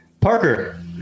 Parker